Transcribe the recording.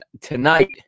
tonight